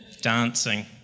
Dancing